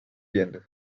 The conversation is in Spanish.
viendo